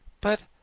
But